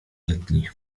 letni